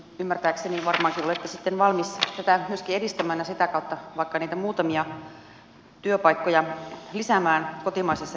ymmärtääkseni varmaankin olette valmis tätä myöskin edistämään ja sitä kautta vaikka niitä muutamia työpaikkoja lisäämään kotimaisessa energiantuotannossa